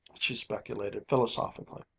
she speculated philosophically,